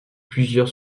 plusieurs